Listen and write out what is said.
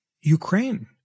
Ukraine